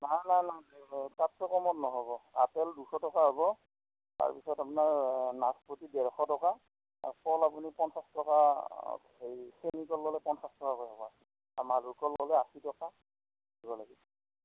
না না না দে তাতকে কমত নহ'ব আপেল দুশ টকা হ'ব তাৰপিছত আপোনাৰ নাচপতি ডেৰশ টকা কল আপুনি পঞ্চাছ টকা হেৰি চেনী কল ল'লে পঞ্চাছ টকাকে হ'ব আৰু মালভোগ কল ল'লে আশী টকা দিব লাগিব